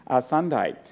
Sunday